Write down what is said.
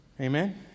Amen